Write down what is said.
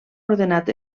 ordenat